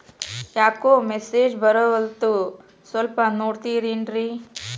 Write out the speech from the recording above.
ಯಾಕೊ ಮೆಸೇಜ್ ಬರ್ವಲ್ತು ಸ್ವಲ್ಪ ನೋಡ್ತಿರೇನ್ರಿ?